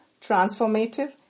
transformative